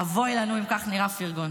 אבוי לנו אם כך נראה פרגון.